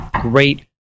great